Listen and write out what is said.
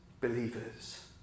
believers